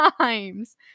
times